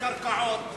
קרקעות,